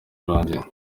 urangiye